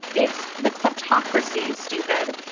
it's the kleptocracy, stupid.